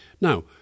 Now